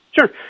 Sure